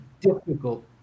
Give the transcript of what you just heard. difficult